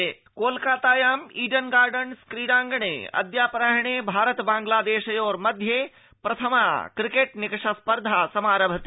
cricket कोलकातायामु Eden Gardens क्रीडाङ्गणे अद्यापराह्ने भारत बांग्लादेशयोर्मध्ये प्रथमा क्रिकेट् निकष स्पर्धा समारभते